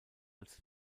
als